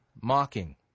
mocking